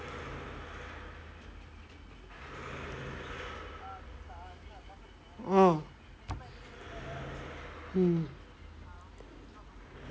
ah mm